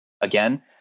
Again